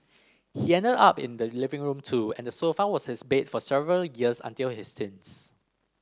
he ended up in the living room too and the sofa was his bed for several years until his teens